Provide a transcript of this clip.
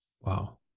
Wow